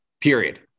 period